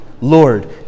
Lord